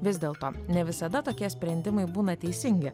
vis dėlto ne visada tokie sprendimai būna teisingi